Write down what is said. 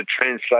translate